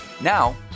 Now